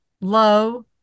low